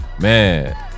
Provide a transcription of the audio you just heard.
man